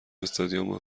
استادیوم